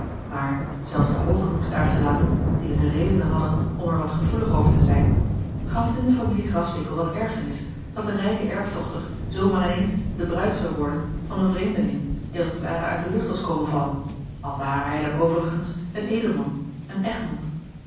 maar zelfs de hogenhoecks daargelaten die hunne redenen hadden om er wat gevoelig over te zijn gaf het in de familie graswinckel wat ergernis dat de rijke erfdochter zoo maar in eens de bruid zou worden van een vreemdeling die als het ware uit de lucht was komen vallen al ware hij dan overigens een edelman een egmond